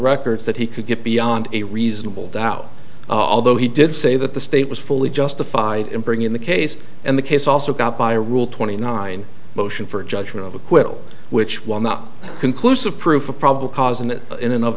records that he could get beyond a reasonable doubt although he did say that the state was fully justified in bringing in the case and the case also got by rule twenty nine motion for judgment of acquittal which while not conclusive proof of probable cause and it in and of